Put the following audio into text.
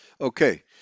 Okay